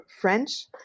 French